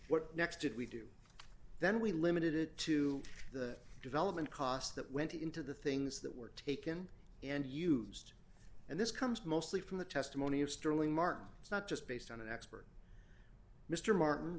what next did we do then we limited it to the development cost that went into the things that were taken and used and this comes mostly from the testimony of sterling marks it's not just based on an expert mr martin